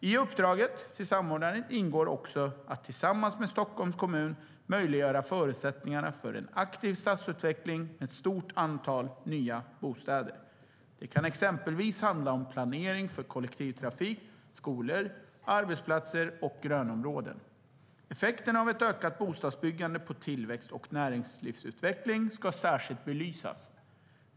I uppdraget till samordnaren ingår också att tillsammans med Stockholms kommun möjliggöra förutsättningarna för en aktiv stadsutveckling med ett stort antal nya bostäder. Det kan exempelvis handla om planering för kollektivtrafik, skolor, arbetsplatser och grönområden. Effekterna av ett ökat bostadsbyggande på tillväxt och näringslivsutveckling ska särskilt belysas.